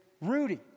Rudy